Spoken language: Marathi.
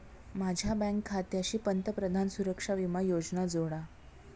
माझ्या बँक खात्याशी पंतप्रधान सुरक्षा विमा योजना जोडा